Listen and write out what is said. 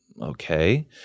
okay